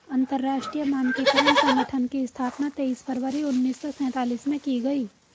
अंतरराष्ट्रीय मानकीकरण संगठन की स्थापना तेईस फरवरी उन्नीस सौ सेंतालीस में की गई